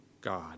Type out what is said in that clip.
God